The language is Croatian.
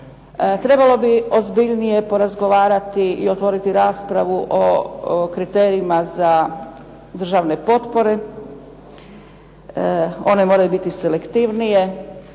Trebalo bi ozbiljnije porazgovarati i otvoriti raspravu o kriterijima za državne potpore. One moraju biti selektivnije.